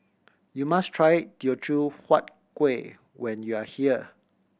you must try Teochew Huat Kueh when you are here